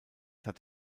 hat